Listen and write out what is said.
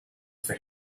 for